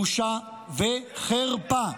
בושה וחרפה.